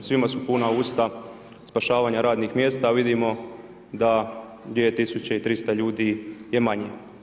Svima su puna usta spašavanje radnih mjesta, vidimo da 2300 ljudi je manje.